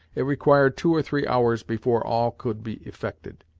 it required two or three hours before all could be effected.